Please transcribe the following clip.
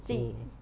进